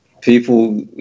people